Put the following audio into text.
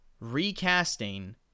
recasting